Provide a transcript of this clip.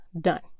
done